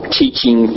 teaching